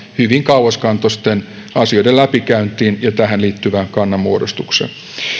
hyvin kauaskantoisten asioiden läpikäyntiin ja tähän liittyvään kannanmuodostukseen